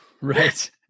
Right